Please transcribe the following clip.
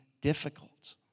difficult